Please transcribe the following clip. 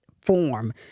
form